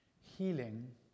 healing